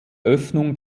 öffnung